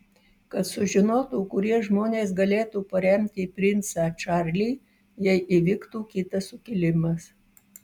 kad sužinotų kurie žmonės galėtų paremti princą čarlį jei įvyktų kitas sukilimas